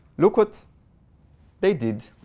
look what they did.